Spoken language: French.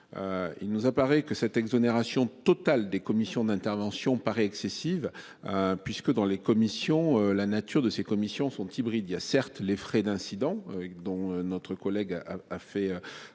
Il nous apparaît que cette exonération totale des commissions d'intervention paraît excessive. Puisque dans les commissions, la nature de ces commissions sont hybride il y a certes les frais d'incident dont notre collègue a fait a fait